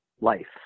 life